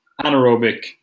anaerobic